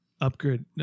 upgrade